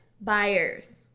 buyers